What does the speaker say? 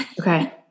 Okay